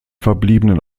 verbliebenen